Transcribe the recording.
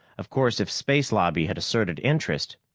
of course, if space lobby had asserted interest,